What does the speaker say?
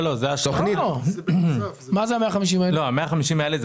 ה-150 מיליון האלה,